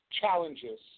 challenges